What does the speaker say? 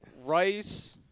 Rice